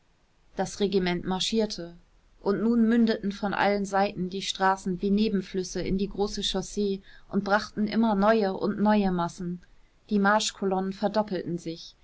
das regiment marschierte und nun mündeten von allen seiten die straßen wie nebenflüsse in die große chaussee und brachten immer neue und neue massen die marschkolonnen verdoppelten sich